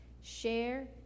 Share